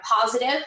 positive